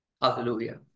Hallelujah